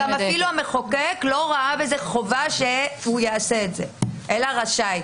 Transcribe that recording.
אפילו המחוקק לא ראה בזה חובה שהוא יעשה את זה אלא רשאי.